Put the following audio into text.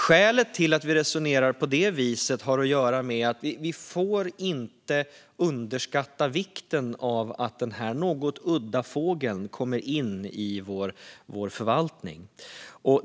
Skälet till att vi resonerar på det viset är att vi inte får underskatta vikten av att denna något udda fågel kommer in i vår förvaltning.